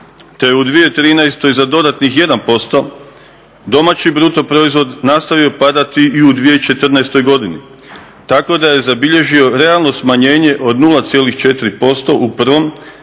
u 2013. za dodatnih 1%, domaći brutoproizvod je nastavio padati i u 2014. godini. Tako da je zabilježio realno smanjenje od 0,4% u prvom